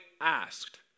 asked